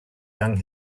young